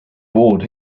board